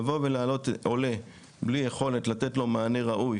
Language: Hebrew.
לבוא ולהעלות עולה בלי יכולת לתת לו מענה ראוי